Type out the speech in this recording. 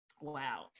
wow